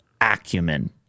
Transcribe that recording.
acumen